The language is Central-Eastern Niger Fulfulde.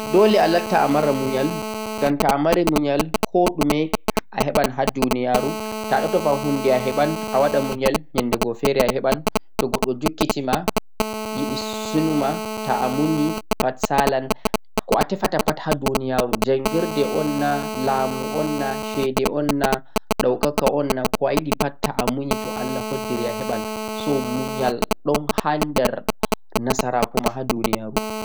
Dole alatta amari munyal ngam to'a mari munyal koɗumi a heɓan ha duniyaru, nde a tefu hunde a heɓai fuu ta'a munyi nyandego fere a heɓan ɗun. To Goɗɗo jukkitima yiɗe sunuma ta'a munyi pat salan. Ko'a tefata pat ha duniyaru jangirde on naa, lamu naa, shede on naa ta'a munyi a heɓan to Allah lamiɗo jaɓe.